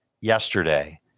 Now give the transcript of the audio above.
yesterday